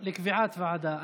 לקביעת ועדה.